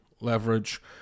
leverage